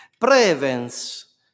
prevents